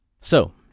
So-